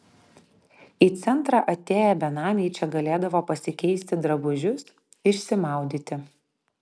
į centrą atėję benamiai čia galėdavo pasikeisti drabužius išsimaudyti